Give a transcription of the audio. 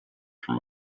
from